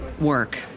work